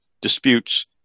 disputes